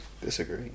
Disagree